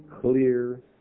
clear